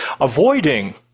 Avoiding